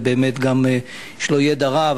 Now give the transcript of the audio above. ובאמת יש לו ידע רב,